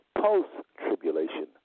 Post-tribulation